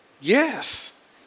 Yes